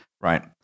right